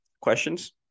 Questions